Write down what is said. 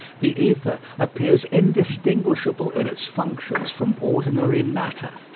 the ether appears indistinguishable in its functions from ordinary matter.